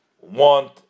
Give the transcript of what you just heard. want